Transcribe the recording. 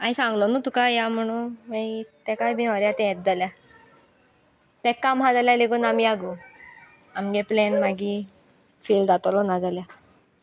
हांव सांगलो न्हू तुका या म्हणून मागीर ताकाय बीन होरयात येत जाल्या ते काम आसा जाल्यार लेगून आमी या गो आमगे प्लेन मागीर फेल जातोलो न जाल्या